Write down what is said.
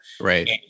right